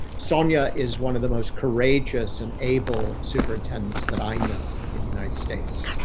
sonja is one of the most courageous and able superintendents that i know in the united states.